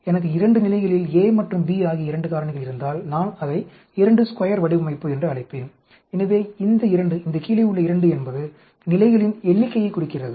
எனக்கு 2 நிலைகளில் A மற்றும் B ஆகிய 2 காரணிகள் இருந்தால் நான் அதை 22 வடிவமைப்பு என்று அழைப்பேன் எனவே இந்த 2 இந்த கீழே உள்ள 2 என்பது நிலைகளின் எண்ணிக்கையைக் குறிக்கிறது